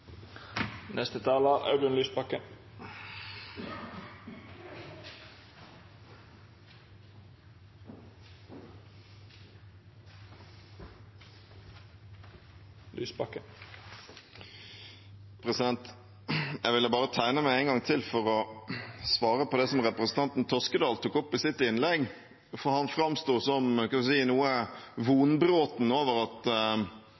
Jeg ville bare tegne meg en gang til for å svare på det som representanten Toskedal tok opp i sitt innlegg, for han framsto som – hva skal jeg si – noe